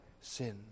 sin